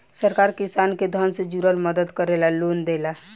सरकार किसान के धन से जुरल मदद करे ला लोन देता